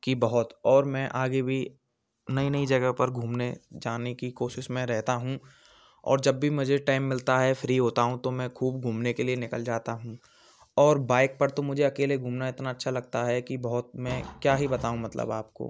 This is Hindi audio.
कि बहुत और मैं आगे भी नई नई जगह पर घूमने जाने की कोशिश में रहता हूँ और जब भी मुझे टाइम मिलता है फ़्री होता हूँ तो मैं खूब घूमने के लिए निकल जाता हूँ और बाइक पर तो मुझे अकेले घूमना इतना अच्छा लगता है कि बहुत मैं क्या ही बताऊँ मतलब आपको